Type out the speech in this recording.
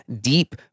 deep